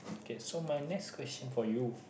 okay so my next question for you